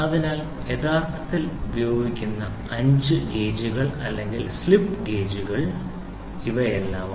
അതിനാൽ യഥാർത്ഥത്തിൽ ഉപയോഗിക്കുന്ന 5 ഗ്രേഡ് ഗേജുകൾ അല്ലെങ്കിൽ സ്ലിപ്പ് ഗേജുകൾ ഇവയാണ്